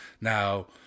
Now